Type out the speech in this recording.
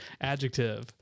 adjective